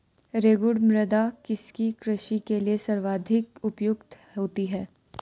रेगुड़ मृदा किसकी कृषि के लिए सर्वाधिक उपयुक्त होती है?